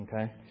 Okay